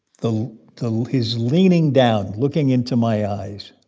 the the he's leaning down, looking into my eyes,